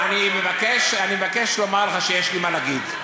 אני מבקש לומר לך שיש לי מה להגיד.